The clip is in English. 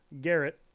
Garrett